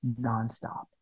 nonstop